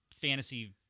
fantasy